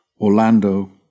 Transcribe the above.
Orlando